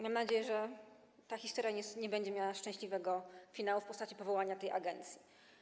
Mam nadzieję, że ta historia nie będzie miała szczęśliwego finału w postaci powołania tej agencji.